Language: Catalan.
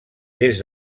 des